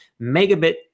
megabit